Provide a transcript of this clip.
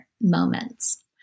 moments